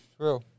True